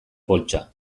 poltsa